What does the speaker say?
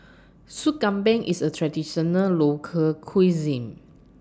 Soup Kambing IS A Traditional Local Cuisine